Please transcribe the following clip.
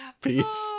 Peace